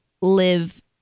live